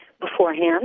beforehand